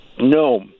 No